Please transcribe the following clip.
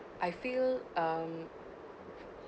I feel um